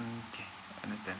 mm okay I understand